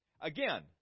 again